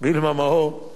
וילמה מאור.